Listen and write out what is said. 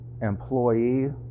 employee